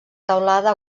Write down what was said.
teulada